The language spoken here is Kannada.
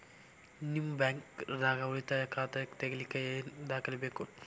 ನಿಮ್ಮ ಬ್ಯಾಂಕ್ ದಾಗ್ ಉಳಿತಾಯ ಖಾತಾ ತೆಗಿಲಿಕ್ಕೆ ಏನ್ ದಾಖಲೆ ಬೇಕು?